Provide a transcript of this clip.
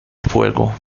fuego